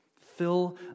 Fill